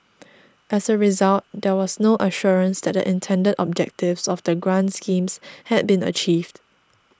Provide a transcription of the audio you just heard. as a result there was no assurance that the intended objectives of the grant schemes had been achieved